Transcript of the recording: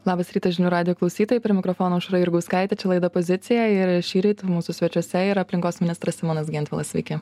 labas rytas žinių radijo klausytojai prie mikrofono aušra jurgauskaitė čia laida pozicija ir šįryt mūsų svečiuose yra aplinkos ministras simonas gentvilas sveiki